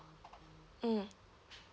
mm